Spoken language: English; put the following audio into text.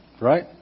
right